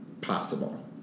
Possible